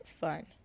fun